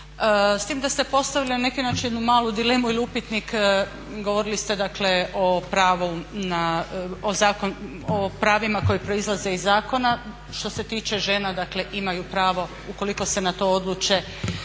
s tim da ste postavili na neki način malu dilemu ili upitnik. Govorili ste o pravima koja proizlaze iz zakona što se tiče žena, dakle imaju pravo ukoliko se na to odluče